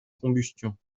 combustion